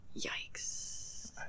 yikes